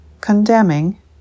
condemning